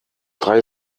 drei